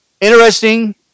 Interesting